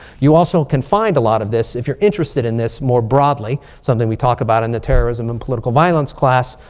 you also can find a lot of this if you're interested in this more broadly. something we talk about in the terrorism and political violence class.